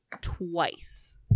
twice